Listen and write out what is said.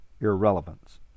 irrelevance